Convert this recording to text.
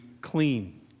clean